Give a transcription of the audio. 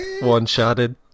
One-shotted